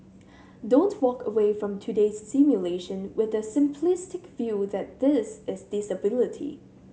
don't walk away from today's simulation with the simplistic view that this is disability